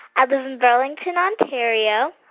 i live in burlington, ontario.